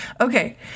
Okay